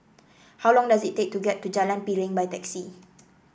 how long does it take to get to Jalan Piring by taxi